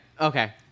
Okay